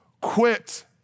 quit